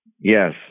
Yes